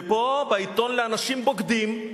ופה, בעיתון לאנשים בוגדים,